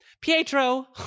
Pietro